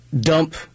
dump